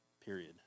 period